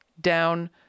Down